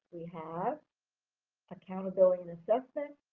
we have accountability and assessment.